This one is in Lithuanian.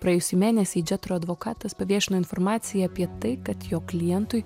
praėjusį mėnesį džetro advokatas paviešino informaciją apie tai kad jo klientui